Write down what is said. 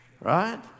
Right